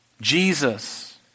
Jesus